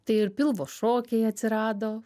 tai ir pilvo šokiai atsirado